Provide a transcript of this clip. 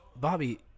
Bobby